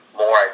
more